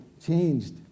changed